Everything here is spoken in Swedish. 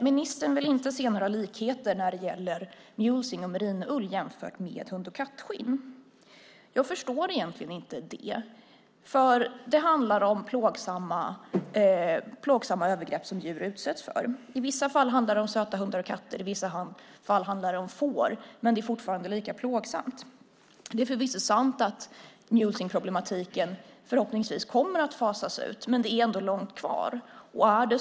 Ministern vill inte se några likheter mellan mulesing och merinoull och hund och kattskinn. Jag förstår egentligen inte det. Det handlar om plågsamma övergrepp som djur utsätts för. I vissa fall handlar det om söta hundar och katter och i vissa fall om får, men det är fortfarande lika plågsamt. Det är förvisso sant att mulesing problematiken förhoppningsvis kommer att fasas ut, men det är ändå långt kvar.